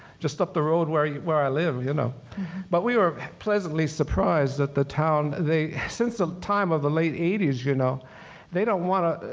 just up the road where where i live. you know but we were pleasantly surprised at the town. since ah the time of the late eighty s, you know they don't wanna,